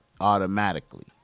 automatically